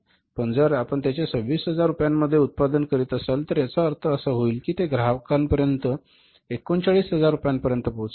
परंतु जर आपण त्याचे 26000 रुपयांमध्ये उत्पादन करीत असाल तर याचा अर्थ असा असेल कि ते ग्राहकांपर्यंत 39000 रुपयांपर्यंत पोचले जाईल